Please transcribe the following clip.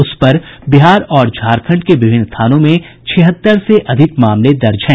उस पर बिहार और झारखंड के विभिन्न थानों में छिहत्तर से अधिक मामले दर्ज है